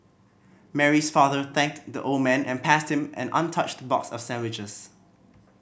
Mary's father thanked the old man and passed him an untouched box of sandwiches